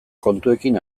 kontuekin